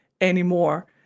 anymore